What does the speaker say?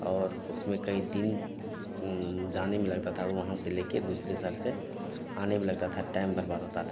और उसमें कई दिन जाने में लगता था और वहाँ से लेकर दूसरे शहर से आने में लगता था टैम बर्बाद होता था